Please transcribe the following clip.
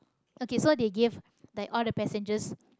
okay so they gave like all the passengers